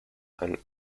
and